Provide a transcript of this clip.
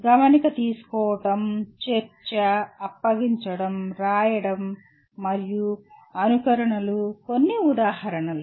గమనిక తీసుకోవడం చర్చ అప్పగించడం రాయడం మరియు అనుకరణలు కొన్ని ఉదాహరణలు